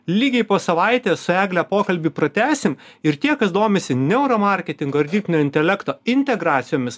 lygiai po savaitės su egle pokalbį pratęsim ir tie kas domisi neuro marketingo ir dirbtinio intelekto integracijomis